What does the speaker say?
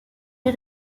les